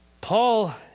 Paul